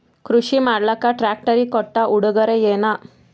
ಕೃಷಿ ಮಾಡಲಾಕ ಟ್ರಾಕ್ಟರಿ ಕೊಟ್ಟ ಉಡುಗೊರೆಯೇನ?